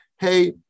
hey